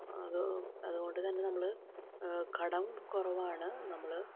അതോ അതുകൊണ്ട് തന്നെ നമ്മള് കടം കുറവാണ് നമ്മള്